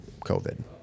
COVID